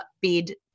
bid